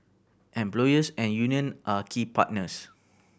employers and union are key partners